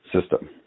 system